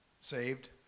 saved